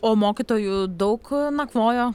o mokytojų daug nakvojo